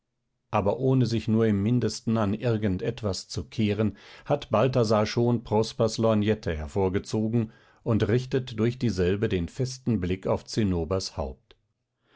aber ohne sich nur im mindesten an irgend etwas zu kehren hat balthasar schon prospers lorgnette hervorgezogen und richtet durch dieselbe den festen blick auf zinnobers haupt